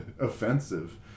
offensive